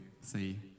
see